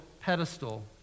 pedestal